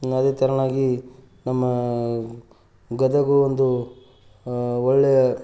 ಅದೇ ಥರವಾಗಿ ನಮ್ಮ ಗದಗ ಒಂದು ಒಳ್ಳೆಯ